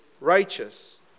righteous